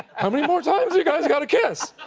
how many more times do you guys gotta kiss?